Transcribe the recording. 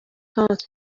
heart